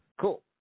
Cool